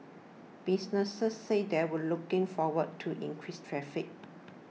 businesses said they were looking forward to increased traffic